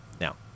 Now